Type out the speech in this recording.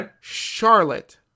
Charlotte